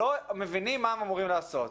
לא מבינים מה הם אמורים לעשות,